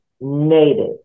Native